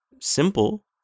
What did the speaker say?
simple